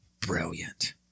Brilliant